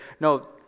No